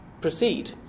proceed